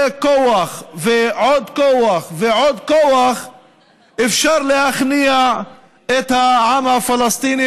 כוח ועוד כוח ועוד כוח אפשר להכניע את העם הפלסטיני